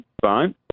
fine